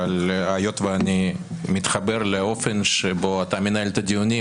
אבל היות שאני מתחבר לאופן שבו אתה מנהל את הדיונים,